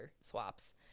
swaps